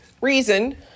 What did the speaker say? reason